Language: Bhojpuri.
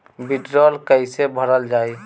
वीडरौल कैसे भरल जाइ?